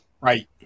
right